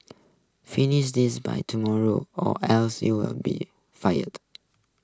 finish this by tomorrow or else you'll be fired